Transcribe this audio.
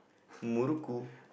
murukku